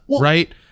right